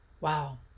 Wow